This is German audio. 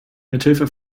mithilfe